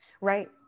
Right